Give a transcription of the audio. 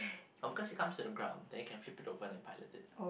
um because it comes to the ground the you can flip it over then pilot it